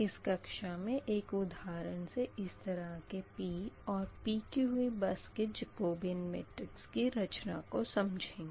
इस कक्षा मे एक उधारण से इस तरह के P और PQV बस के जकोबीयन मेट्रिक्स की रचना को समझेंगे